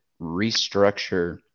restructure